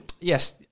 yes